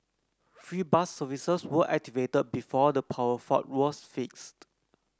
free bus services were activated before the power fault was fixed